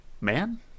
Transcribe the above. Man